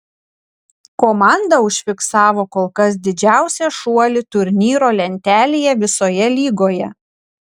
komanda užfiksavo kol kas didžiausią šuolį turnyro lentelėje visoje lygoje